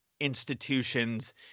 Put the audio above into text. institutions